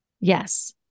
Yes